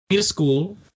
school